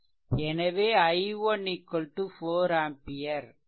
எனவே i1 4 ampere